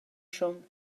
schon